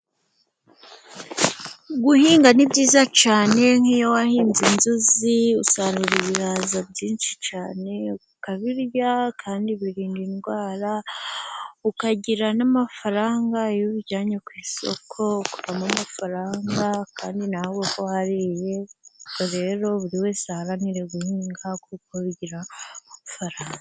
Guhinga ni byiza cyane nk'iyo wahinze inzuzi usarura ibihaza byinshi cyane, ukabirya kandi birinda indwara ukagira n'amafaranga, iyo ubijyanye ku isoko ukuramo amafaranga kandi uba wariye rero buri wese aharanire guhinga kuko bigira amafaranga.